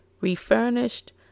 refurnished